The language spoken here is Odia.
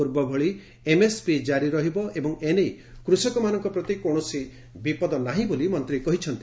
ପୂର୍ବଭଳି ଏମ୍ଏସ୍ପି ଜାରି ରହିବ ଏବଂ ଏନେଇ କୃଷକମାନଙ୍କ ପ୍ରତି କୌଣସି ବିପଦ ନାହିଁ ବୋଲି ମନ୍ତ୍ରୀ କହିଛନ୍ତି